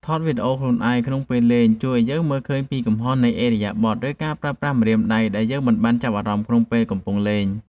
ថតវីដេអូខ្លួនឯងក្នុងពេលលេងជួយឱ្យយើងមើលឃើញពីកំហុសនៃឥរិយាបថ ឬការប្រើប្រាស់ម្រាមដៃដែលយើងមិនបានចាប់អារម្មណ៍ក្នុងពេលកំពុងលេង។